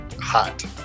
hot